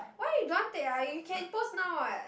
why you don't want take ah you can post now what